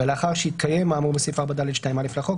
ולאחר שהתקיים האמור בסעיף 4(ד)(2)(א) לחוק,